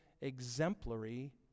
exemplary